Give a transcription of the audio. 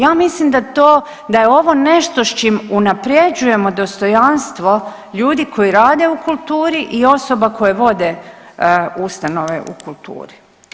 Ja mislim da to, da je ovo nešto s čim unaprjeđujemo dostojanstvo ljudi koji rade u kulturi i osoba koje vode ustanove u kulturi.